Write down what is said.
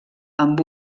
amb